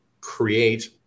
create